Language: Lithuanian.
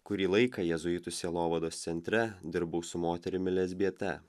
kurį laiką jėzuitų sielovados centre dirbau su moterimi lesbiete